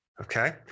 okay